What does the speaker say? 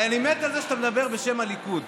אני מת על זה שאתה מדבר בשם הליכוד.